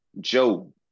Joe